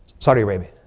saudi arabia.